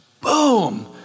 Boom